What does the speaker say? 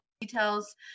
details